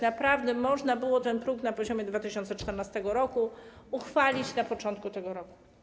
Naprawdę można było ten próg na poziomie 2014 r. uchwalić na początku tego roku.